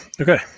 Okay